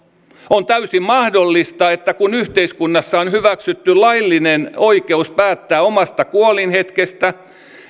on täysin mahdollista että kun yhteiskunnassa on hyväksytty laillinen oikeus päättää omasta kuolinhetkestä